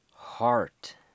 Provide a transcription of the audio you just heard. Heart